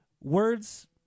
Words